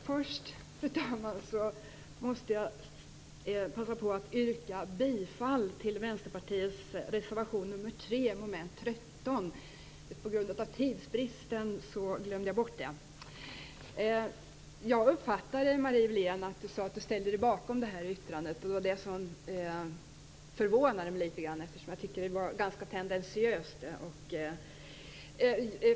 Fru talman! Först måste jag passa på att yrka bifall till Vänsterpartiets reservation nr 3 under mom. 13. På grund av tidsbrist glömde jag att göra det. Jag uppfattade att Marie Wilén sade att hon ställde sig bakom det här yttrandet. Det var det som förvånade mig litet grand, eftersom jag tycker att det var ganska tendensiöst.